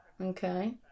Okay